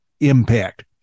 impact